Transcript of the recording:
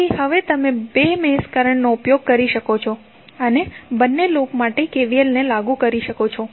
તેથી હવે તમે બે મેશ કરન્ટનો ઉપયોગ કરી શકો છો અને બંને લૂપ માટે KVLને લાગુ કરી શકો છો